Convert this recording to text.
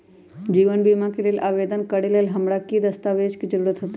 जीवन बीमा के लेल आवेदन करे लेल हमरा की की दस्तावेज के जरूरत होतई?